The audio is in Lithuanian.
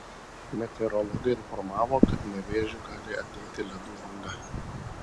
meteorologai informavo kad nevėžiu gali ateiti ledų banga